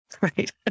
Right